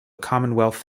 commonwealth